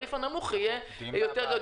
שהתעריף הנמוך יהיה גבוה יותר.